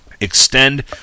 Extend